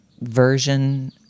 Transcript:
version